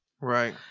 Right